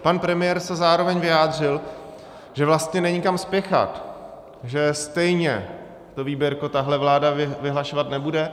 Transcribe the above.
Pan premiér se zároveň vyjádřil, že vlastně není kam spěchat, že stejně to výběrko tahle vláda vyhlašovat nebude.